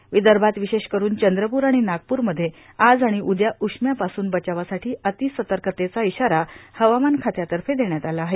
र्ववदभात र्ववशेषकरून चंद्रपूर र्आण नागपूरमध्ये आज आर्गाण उद्या उष्म्यापासून बचावासाठी आत सतकतेचा इशारा हवामान खात्यातफ देण्यात आला आहे